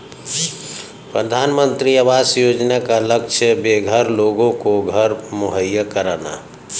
प्रधानमंत्री आवास योजना का लक्ष्य बेघर लोगों को घर मुहैया कराना है